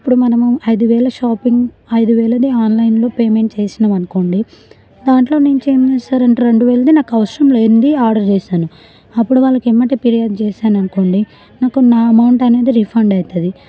ఇప్పుడు మనము ఐదు వేలు షాపింగ్ ఐదు వేలది ఆన్లైన్లో పేమెంట్ చేసినాము అనుకోండి దాంట్లో నుంచి ఏం చేస్తారంటే రెండు వేలుది నాకు అవసరం లేనిది ఆర్డర్ చేశాను అప్పుడు వాళ్ళకి వెంబడే ఫిర్యాదు చేశాను అనుకోండి నాకు నా అమౌంట్ అనేది రిఫండ్ అవుతుంది